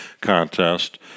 contest